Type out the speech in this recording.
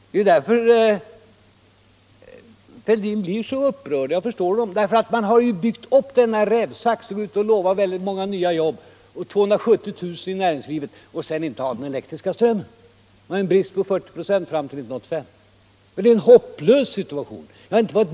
Det är därför som herr Fälldin är så upprörd. Och jag förstår honom. Här har mar ordnat till denna rävsax — lovat många nya jobb, 270 000 nya jobb i näringslivet, och sedan har man inte den elektriska strömmen. Man har i stället en brist på 40 ". fram till 1985. Det är ju en hopplös situation.